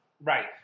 Right